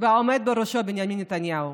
והעומד בראשו, בנימין נתניהו,